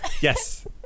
Yes